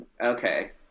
Okay